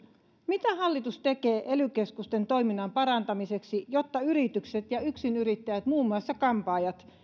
mitä hallitus tekee ely keskusten toiminnan parantamiseksi jotta yritykset ja yksinyrittäjät muun muassa kampaajat